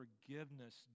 forgiveness